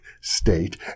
state